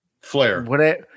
Flair